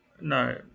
No